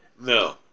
No